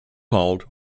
called